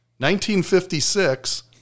1956